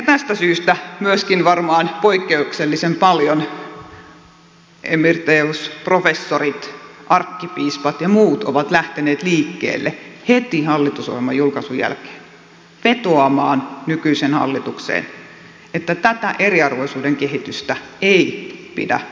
tästä syystä varmaan myöskin poikkeuksellisen paljon emeritusprofessorit arkkipiispat ja muut ovat lähteneet liikkeelle heti hallitusohjelman julkaisun jälkeen vetoamaan nykyiseen hallitukseen että tätä eriarvoisuuden kehitystä ei pidä viedä eteenpäin